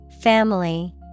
Family